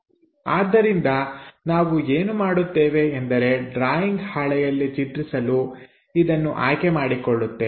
ಆದ್ದರಿಂದ ನಾವು ಏನು ಮಾಡುತ್ತೇವೆ ಎಂದರೆ ಡ್ರಾಯಿಂಗ್ ಹಾಳೆಯಲ್ಲಿ ಚಿತ್ರಿಸಲು ಇದನ್ನು ಆಯ್ಕೆ ಮಾಡಿಕೊಳ್ಳುತ್ತೇವೆ